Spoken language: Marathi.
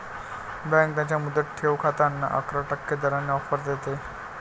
बँक त्यांच्या मुदत ठेव खात्यांना अकरा टक्के दराने ऑफर देते